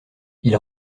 ils